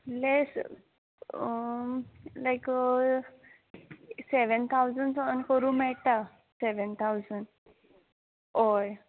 less like seven thousand सून आमी कोरूं मेळटा सॅवॅन थावजन हय